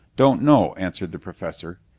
don't know, answered the professor.